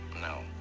No